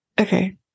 okay